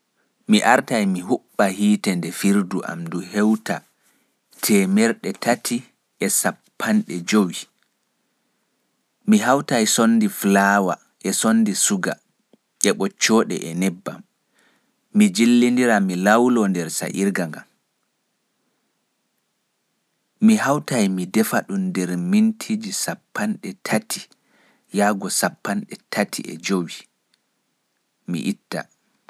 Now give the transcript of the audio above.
Mi huɓɓai hiite defirdu am ndu fo'a har temeɗɗe tati e sendere foondo fahrenheit (three fifty degrees). Hawtu conndi flour, sukari, ɓoccooɗe e nebbam. Jillindir lawloɗa nder sa'irga. Defu hewta minti cappanɗe tati yaago cappanɗe tati e jowi(thirty to thirty five).